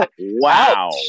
Wow